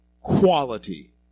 quality